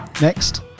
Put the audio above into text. next